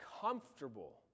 comfortable